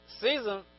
season